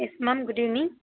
yes ma'am good evening